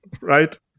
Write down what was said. Right